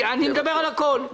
אני מדבר על הכול.